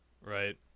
right